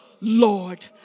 Lord